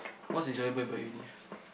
what's enjoyable about uni